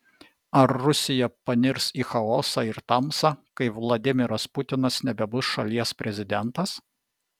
ar rusija panirs į chaosą ir tamsą kai vladimiras putinas nebebus šalies prezidentas